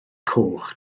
coch